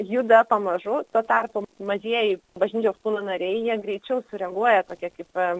juda pamažu tuo tarpu mažieji bažnyčios kūno nariai jie greičiau sureaguoja tokie kaip am